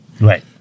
Right